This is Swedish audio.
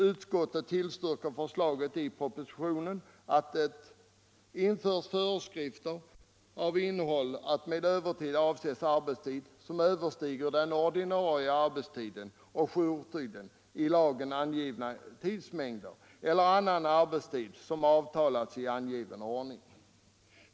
Utskottet tillstyrker förslaget i propositionen att det införs föreskrifter av innehåll att med övertid avses arbetstid som överstiger den för ordinarie arbetstid och jourtid i lagen angivna tidsmängden eller annan arbetstid som avtalats i angiven ordning.